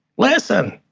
listen!